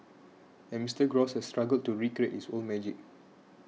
and Mister Gross has struggled to recreate its old magic